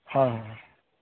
হয় হয়